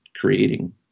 creating